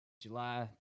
July